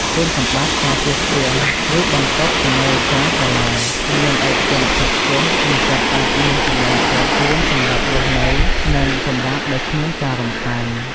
គុណសម្បត្តិ ការជួលផ្ទះ ឬបន្ទប់នៅក្រៅសាលា មាន ឯកជនភាពខ្ពស់ និស្សិតអាចមានកន្លែងផ្ទាល់ខ្លួនសម្រាប់រស់នៅ និងសម្រាកដោយគ្មានការរំខាន។